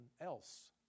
Else